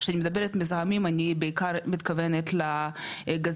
כשאני מדברת על מזהמים אני בעיקר מדברת על גזי